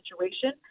situation